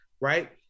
right